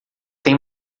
tem